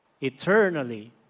eternally